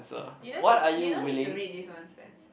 you don't need you don't need to read this one Spence